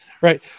right